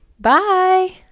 Bye